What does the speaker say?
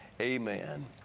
Amen